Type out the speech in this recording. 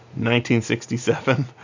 1967